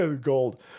Gold